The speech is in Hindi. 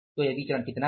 तो यह विचरण कितना है